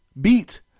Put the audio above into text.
beat